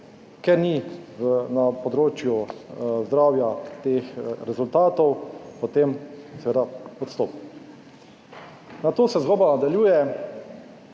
ker ni na področju zdravja teh rezultatov, potem seveda odstopi. Na to se zgodba nadaljuje